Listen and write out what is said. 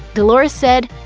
dolores said,